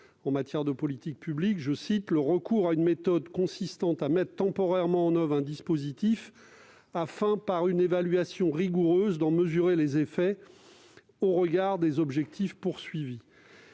en matière de politique publique comme « le recours à une méthode consistant à mettre temporairement en oeuvre un dispositif afin, par une évaluation rigoureuse, d'en mesurer les effets, au regard des objectifs poursuivis ».